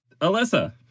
Alyssa